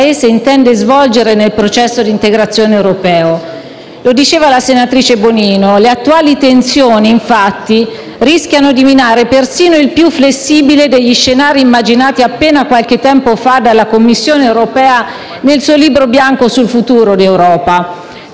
intende svolgere nel processo d'integrazione europeo. Come ricordava la senatrice Bonino, le attuali tensioni, infatti, rischiano di minare persino il più flessibile degli scenari immaginati appena qualche tempo fa dalla Commissione europea nel suo Libro bianco sul futuro dell'Europa.